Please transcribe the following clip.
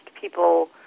people